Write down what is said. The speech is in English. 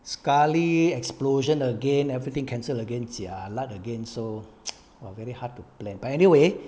sekali explosion again everything cancel again jialat again so !wah! very hard to plan but anyway